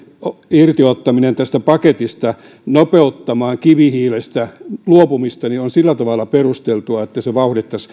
irti ottaminen tästä paketista nopeuttamaan kivihiilestä luopumista on sillä tavalla perusteltua että se vauhdittaisi